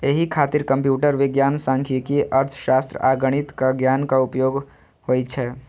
एहि खातिर कंप्यूटर विज्ञान, सांख्यिकी, अर्थशास्त्र आ गणितक ज्ञानक उपयोग होइ छै